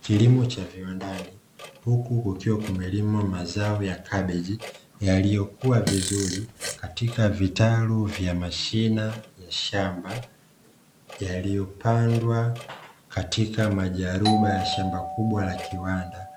Kilimo cha viwandani, huku kukiwa kumelimwa mazao ya kabeji yaliyokua vizuri katika vitalu vya mashina ya shamba, yaliyopandwa katika majaruba ya shamba kubwa la kiwanda